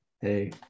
Hey